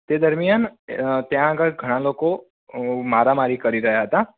તે દરમ્યાન અ ત્યાં આગળ ઘણા લોકો અ મારામારી કરી રહ્યા હતા